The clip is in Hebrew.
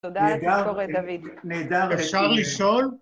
‫תודה על התזכורת, דוד. ‫-נהדר. אפשר לשאול?